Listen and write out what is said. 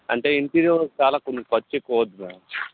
అంటే interior work చాల కొంచెం ఖర్చు ఎక్కువ అవుద్ది మ్యామ్